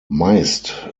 meist